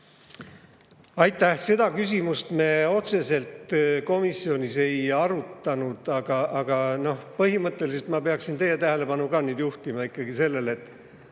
Aitäh! Seda küsimust me otseselt komisjonis ei arutanud. Põhimõtteliselt ma peaksin teie tähelepanu nüüd juhtima ka sellele, et